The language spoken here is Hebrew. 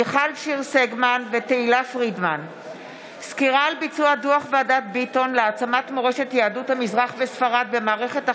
מיכל שיר סגמן ותהילה פרידמן בנושא: סכנת סגירה המרחפת על